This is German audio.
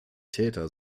täter